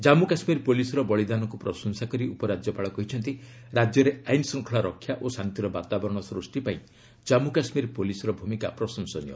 ଜମ୍ମୁ କାଶ୍ମୀର ପୁଲିସ୍ର ବଳିଦାନକୁ ପ୍ରଶଂସା କରି ଉପରାଜ୍ୟପାଳ କହିଛନ୍ତି ରାଜ୍ୟରେ ଆଇନଶୃଙ୍ଖଳା ରକ୍ଷା ଓ ଶାନ୍ତିର ବାତାବରଣ ସୃଷ୍ଟି ପାଇଁ ଜନ୍ମୁ କାଶ୍ମୀର ପୁଲିସ୍ର ଭୂମିକା ପ୍ରଶଂସନୀୟ